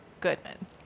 Goodman